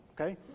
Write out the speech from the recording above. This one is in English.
Okay